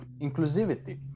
inclusivity